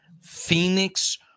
Phoenix